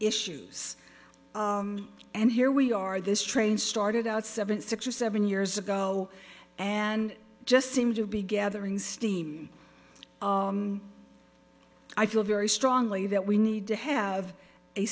issues and here we are this train started out seven six or seven years ago and just seemed to be gathering steam i feel very strongly that we need to have a